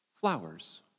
Flowers